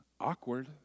Awkward